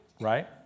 Right